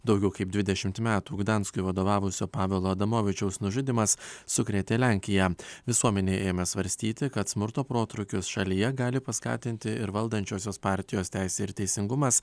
daugiau kaip dvidešimt metų gdanskui vadovavusio pavelo adamovičiaus nužudymas sukrėtė lenkiją visuomenė ėmė svarstyti kad smurto protrūkius šalyje gali paskatinti ir valdančiosios partijos teisė ir teisingumas